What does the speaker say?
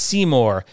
Seymour